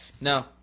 No